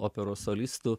operos solistų